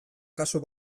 kasu